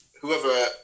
whoever